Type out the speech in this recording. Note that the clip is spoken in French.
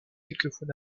quelquefois